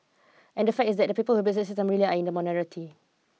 and the fact is that the people who abuse the system really are in the minority